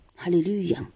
Hallelujah